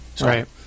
right